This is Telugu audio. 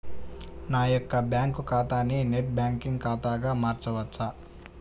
నా యొక్క బ్యాంకు ఖాతాని నెట్ బ్యాంకింగ్ ఖాతాగా మార్చవచ్చా?